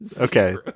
okay